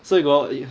so you go out